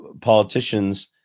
politicians